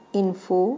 info